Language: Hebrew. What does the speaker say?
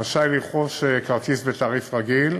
רשאי לרכוש כרטיס בתעריף רגיל